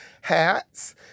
hats